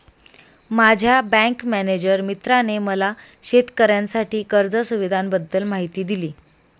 माझ्या bank manager मित्राने मला शेतकऱ्यांसाठी कर्ज सुविधांबद्दल माहिती दिली